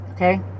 Okay